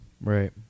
Right